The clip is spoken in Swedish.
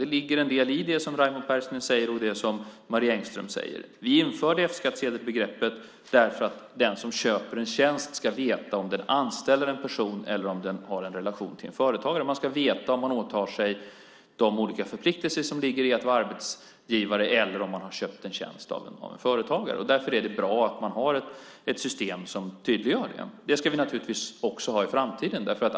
Det ligger en del i det som Raimo Pärssinen säger och det som Marie Engström säger. Vi införde F-skattsedelsbegreppet därför att den som köper en tjänst ska veta om man anställer en person eller har en relation till en företagare. Man ska veta om man åtar sig de olika förpliktelser som ligger i att vara arbetsgivare eller om man har köpt en tjänst av en företagare. Därför är det bra att det finns ett system som tydliggör det. Det ska vi naturligtvis också ha i framtiden.